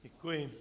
Děkuji.